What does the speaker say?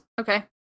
Okay